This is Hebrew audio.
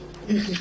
בבקשה.